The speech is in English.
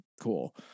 Cool